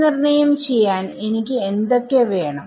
മൂല്യനിർണ്ണയം ചെയ്യാൻ എനിക്ക് എന്തൊക്കെ വേണം